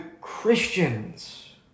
Christians